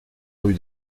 rue